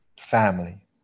family